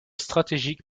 stratégique